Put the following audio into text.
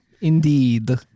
indeed